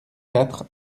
quatre